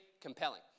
compelling